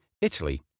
Italy